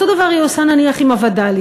אותו דבר היא עושה נניח עם הווד"לים.